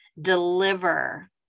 deliver